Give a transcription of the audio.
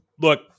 look